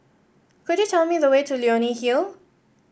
could you tell me the way to Leonie Hill